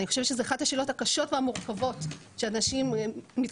אני חושבת שזו אחת השאלות הקשות והמורכבות שאנשים מתקשים